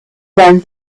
then